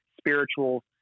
spiritual